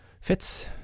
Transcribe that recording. fits